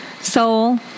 Soul